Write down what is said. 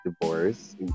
divorce